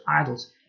idols